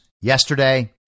yesterday